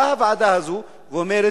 באה הוועדה הזו ואומרת: